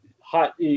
hot